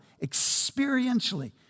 experientially